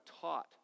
taught